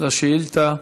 על השאילתה.